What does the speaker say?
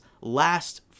last